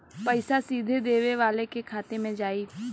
पइसा सीधे देवे वाले के खाते में जाई